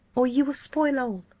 or you will spoil all.